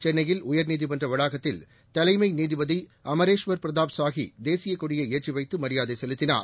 சென்னையில் உயர்நீதிமன்ற வளாகத்தில் தலைமை நீதிபதி அமரேஸ்வர் பிரதாப் சாஹி தேசியக் கொடியை ஏற்றி வைத்து மரியாதை செலுத்தினார்